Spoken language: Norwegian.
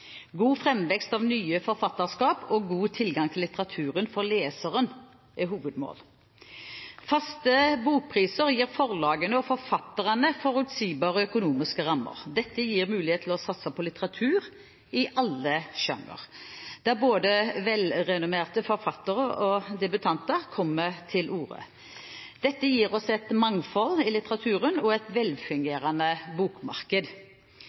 God fremvekst av nye forfatterskap og god tilgang til litteraturen for leseren er hovedmål. Faste bokpriser gir forlagene og forfatterne forutsigbare økonomiske rammer. Dette gir mulighet til å satse på litteratur i alle sjangre, der både velrenommerte forfattere og debutanter kommer til orde. Dette gir oss et mangfold i litteraturen og et velfungerende bokmarked.